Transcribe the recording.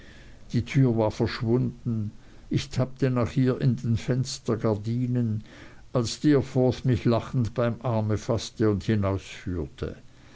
die tür war verschwunden ich tappte nach ihr in den fenstergardinen als steerforth mich lachend beim arme faßte und